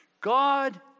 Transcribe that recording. God